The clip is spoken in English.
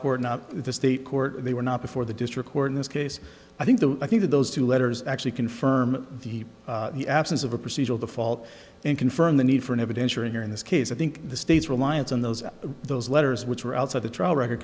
court not the state court they were not before the district court in this case i think the i think that those two letters actually confirm the absence of a procedural default and confirm the need for an evidentiary hearing this case i think the state's reliance on those those letters which were outside the trial record